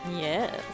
Yes